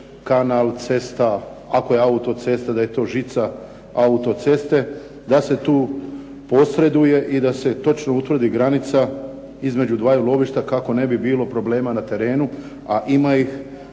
kanal, cesta, ako je autocesta da je to žica autoceste, da se tu posreduje i da se točno utvrdi granica između dvaju lovišta kako ne bi bilo problema na terenu, a ima ih.